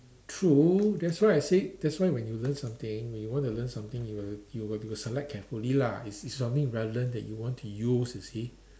true that's why I say that's why when you learn something when you want to learn something you will you will you will select carefully lah it's it's something relevant that you want to use you see